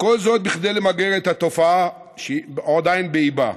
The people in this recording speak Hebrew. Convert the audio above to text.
וכל זאת כדי למגר את התופעה, שהיא עדיין באיבה.